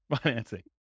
financing